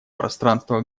пространства